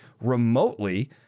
remotely